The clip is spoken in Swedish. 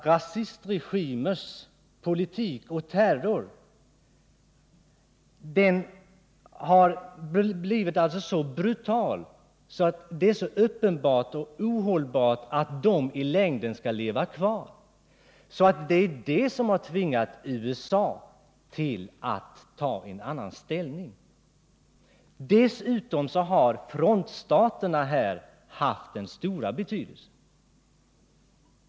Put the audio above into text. Rasistregimernas politik och terror har ju blivit så brutal att det är omöjligt för regimerna att i längden fortbestå, och därför har USA tvingats att ta en annan ställning. Dessutom har frontstaterna haft stor betydelse.